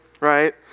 right